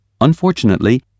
Unfortunately